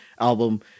album